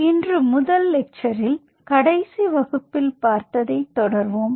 எனவே இன்று முதல் லெக்ச்சரில் கடைசி வகுப்பில் பார்த்ததை தொடர்வோம்